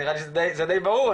נראה לי שזה די ברור.